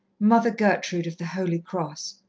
mother gertrude of the holy cross?